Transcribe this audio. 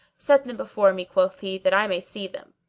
set them before me, quoth he that i may see them.